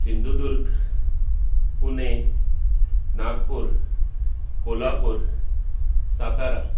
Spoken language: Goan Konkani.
सिंदुदूर्ग पुने नागपूर कोल्हापूर सातारा